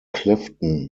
clifton